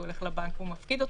הוא הולך לבנק ומפקיד אותו,